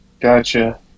Gotcha